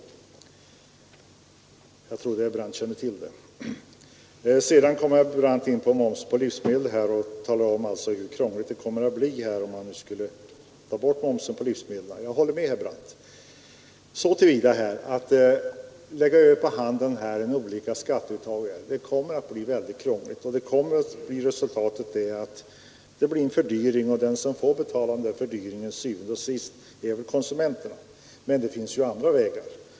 Jag trodde herr Brandt kände till den överenskommelsen. Herr Brandt talade om hur krångligt det skulle bli att ta bort momsen på livsmedel. Jag håller med herr Brandt om detta — så till vida att det kommer att bli krångligt, om man lägger över olika skatteuttag på handeln. Resultatet kommer att bli en fördyring, och de som til syvende og sidst får betala den fördyringen är konsumenterna. Men det finns ju andra vägar.